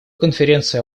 конференция